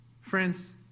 Friends